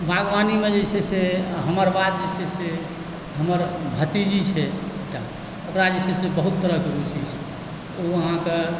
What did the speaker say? बागवानीमे जे छै से हमर बाद जे छै से हमर भतीजी छै एकटा ओकरा जे छै से बहुत तरहकेँ रूचि छै ओ अहाँकेँ